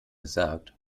gesagt